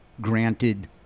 granted